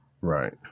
right